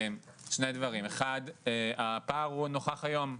שני דברים, אחד, הפער הוא נוכח היום.